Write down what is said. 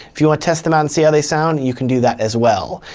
if you wanna test them out, and see how they sound, you can do that as well.